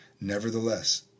Nevertheless